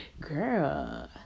girl